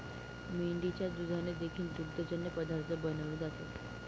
मेंढीच्या दुधाने देखील दुग्धजन्य पदार्थ बनवले जातात